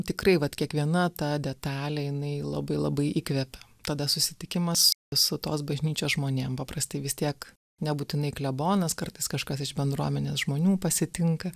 tikrai vat kiekviena ta detalė jinai labai labai įkvepia tada susitikimas su tos bažnyčios žmonėm paprastai vis tiek nebūtinai klebonas kartais kažkas iš bendruomenės žmonių pasitinka